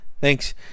Thanks